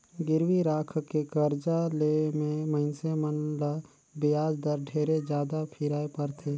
गिरवी राखके करजा ले मे मइनसे मन ल बियाज दर ढेरे जादा फिराय परथे